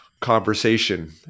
conversation